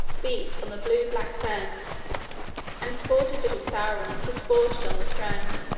beat on the blue-black sand and sportive little saurians disported on the strand